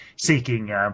seeking